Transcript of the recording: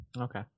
Okay